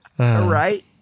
Right